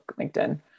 LinkedIn